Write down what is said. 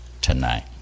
tonight